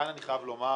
כאן אני חייב לומר,